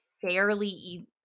fairly